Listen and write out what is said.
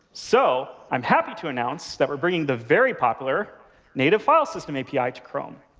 so i'm happy to announce that we're bringing the very popular native file system api to chrome.